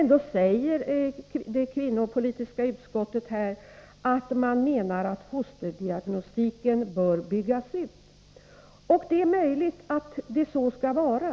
Ändå säger det kvinnopolitiska utskottet att fosterdiagnostiken bör byggas ut. Det är möjligt att det så skall vara.